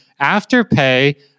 Afterpay